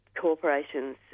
corporations